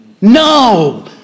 No